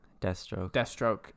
Deathstroke